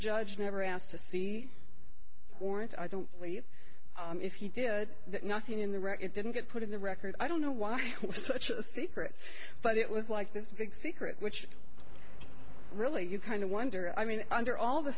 judge never asked to see orange i don't believe if you did nothing in the wreck it didn't get put in the record i don't know why such a secret but it was like this big secret which really you kind of wonder i mean under all the